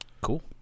Cool